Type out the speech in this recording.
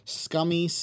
scummy